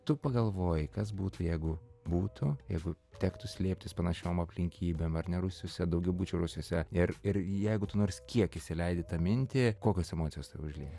tu pagalvoji kas būtų jeigu būtų jeigu tektų slėptis panašiom aplinkybėm ar ne rūsiuose daugiabučių rūsiuose ir ir jeigu tu nors kiek įsileidi tą mintį kokios emocijos užlieja